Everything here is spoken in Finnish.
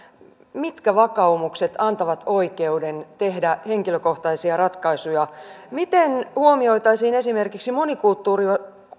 mitkä vakaumukset antavat oikeuden tehdä henkilökohtaisia ratkaisuja miten huomioitaisiin esimerkiksi monikulttuuristuvassa